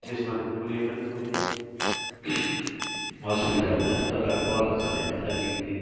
यसमा त कुनै पनि कुनै असुविधा हुँदैन तर अब बर्खा झरीमा चाहिँ अलिकति